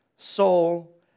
soul